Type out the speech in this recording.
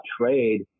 trade